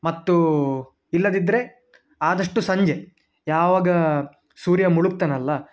ಮತ್ತು ಇಲ್ಲದಿದ್ದರೆ ಆದಷ್ಟು ಸಂಜೆ ಯಾವಾಗ ಸೂರ್ಯ ಮುಳುಗ್ತಾನಲ್ಲ